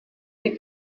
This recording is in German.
die